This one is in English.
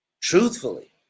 Truthfully